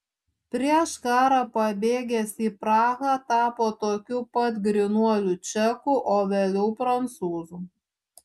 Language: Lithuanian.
prieš karą pabėgęs į prahą tapo tokiu pat grynuoliu čeku o vėliau prancūzu